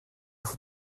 faut